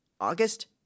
August